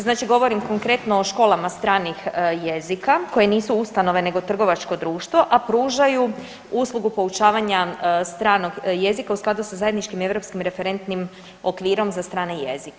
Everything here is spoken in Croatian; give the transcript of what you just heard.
Znači govorim konkretno o školama stranih jezika koje nisu ustanove nego trgovačko društvo, a pružaju uslugu poučavanja stranog jezika u skladu sa zajedničkim europskim referentnim okvirom za strane jezike.